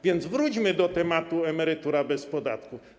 Wróćmy więc do tematu: emerytura bez podatku.